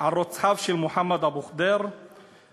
על רוצחיו של מוחמד אבו ח'דיר ואותו